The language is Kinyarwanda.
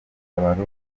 abarundi